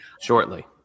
Shortly